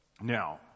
Now